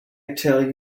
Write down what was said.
tell